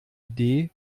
idee